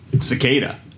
Cicada